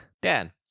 Dan